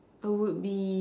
I would be